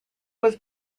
was